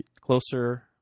closer